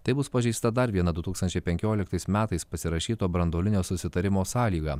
taip bus pažeista dar viena du tūkstančiai penkioliktais metais pasirašyto branduolinio susitarimo sąlyga